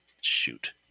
shoot